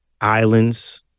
islands